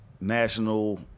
national